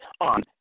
on